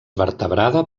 vertebrada